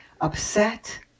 upset